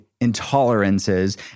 intolerances